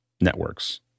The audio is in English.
networks